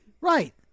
Right